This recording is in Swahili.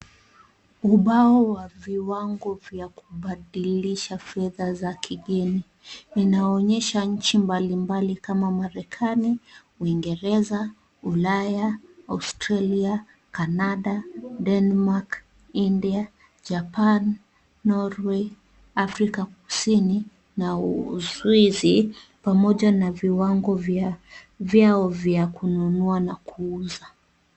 Ubao wa viwango vya kubadilisha fedha za kigeni inaonyesha nchi mbalimbali kama marekani, uingereza, ulaya, australia, canada, denmark ,India, Japan, Norway, Afrika kusini na uswizi pamoja viwango vyao vya kununua na kuuza.